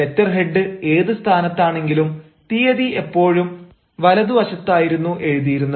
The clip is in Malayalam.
ലെറ്റർ ഹെഡ് ഏത് സ്ഥാനത്താണെങ്കിലും തിയതി എപ്പോഴും വലതു വശത്തായിരുന്നു എഴുതിയിരുന്നത്